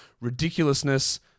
ridiculousness